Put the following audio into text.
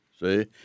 see